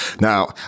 Now